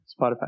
Spotify